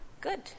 good